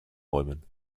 bäumen